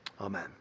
Amen